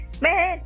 Man